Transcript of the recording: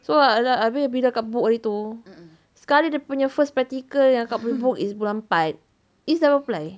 so ah the ah habis bila kakak book hari tu sekali dia punya first practical yang kakak boleh book is bulan empat izz dah apply